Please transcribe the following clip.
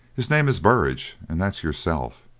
his name is burridge, and that's yourself.